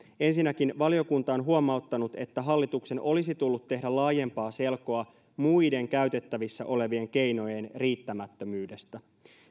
ensinnäkin valiokunta on huomauttanut että hallituksen olisi tullut tehdä laajempaa selkoa muiden käytettävissä olevien keinojen riittämättömyydestä